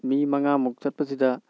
ꯃꯤ ꯃꯉꯥꯃꯨꯛ ꯆꯠꯄꯁꯤꯗ